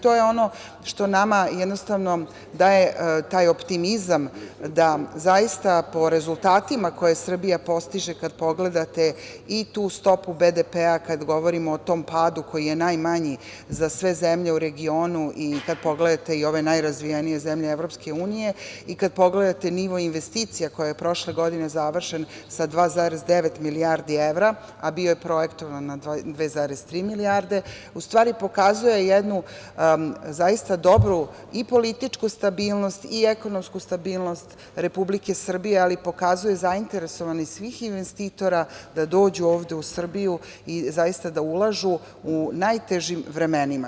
To je ono što nama daje taj optimizam da po rezultatima koje Srbija postiže kada pogledate i tu stopu BDP, kada govorimo o tom padu koji je najmanji za sve zemlje u regionu i kada pogledate i ove najrazvijenije zemlje EU i kada pogledate nivo investicija koji je prošle godine završen sa 2,9 milijardi evra, a bio je projektovan na 2,3 milijarde, u stvari pokazuje jednu zaista dobru i političku stabilnost i ekonomsku stabilnost Republike Srbije, ali pokazuje zainteresovanost svih investitora da dođu ovde u Srbiju i da ulažu u najtežim vremenima.